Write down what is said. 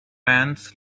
ants